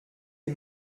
des